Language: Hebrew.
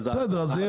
החוק הזה כבר הוגש.